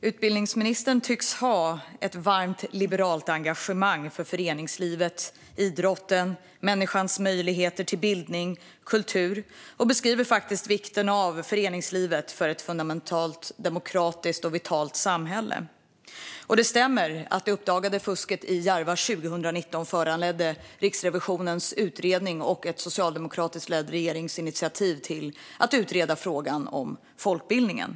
Utbildningsministern tycks ha ett varmt liberalt engagemang för föreningslivet, idrotten, människans möjlighet till bildning och kulturen och beskriver vikten av föreningslivet för att fundamentalt demokratiskt och vitalt samhälle. Det stämmer att det uppdagade fusket i Järva 2019 föranledde Riksrevisionens utredning och ett initiativ av den socialdemokratiskt ledda regeringen att utreda frågan om folkbildningen.